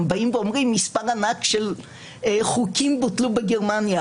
באים ואומרים מספר ענק של חוקים בוטלו בגרמניה,